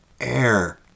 Air